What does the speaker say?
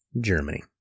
Germany